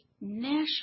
national